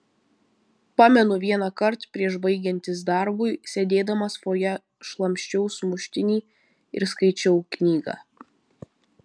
pamenu vienąkart prieš baigiantis darbui sėdėdamas fojė šlamščiau sumuštinį ir skaičiau knygą